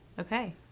Okay